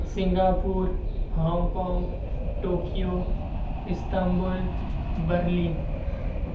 Singapore Hong Kong Tokyo Istanbul Berlin